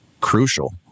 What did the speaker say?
crucial